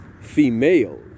females